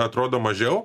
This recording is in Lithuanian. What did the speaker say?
atrodo mažiau